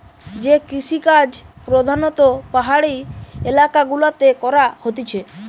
যে কৃষিকাজ প্রধাণত পাহাড়ি এলাকা গুলাতে করা হতিছে